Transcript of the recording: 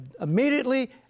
immediately